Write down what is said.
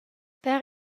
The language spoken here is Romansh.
per